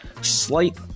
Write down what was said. Slight